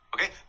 Okay